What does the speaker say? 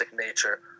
nature